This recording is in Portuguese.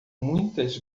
muitas